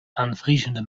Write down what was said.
aanvriezende